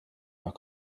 dark